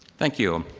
thank you.